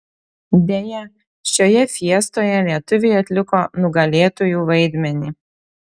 deja šioje fiestoje lietuviai atliko nugalėtųjų vaidmenį